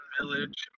village